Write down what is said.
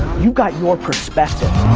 you've got your perspective.